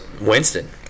Winston